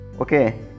Okay